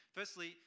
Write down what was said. Firstly